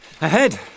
ahead